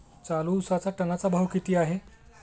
चालू उसाचा टनाचा भाव किती आहे?